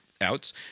outs